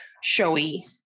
showy